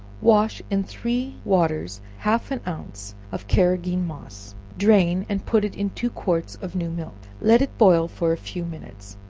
wash in three waters half an ounce of carrageen moss drain and put it in two quarts of new milk, let it boil for a few minutes,